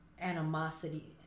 animosity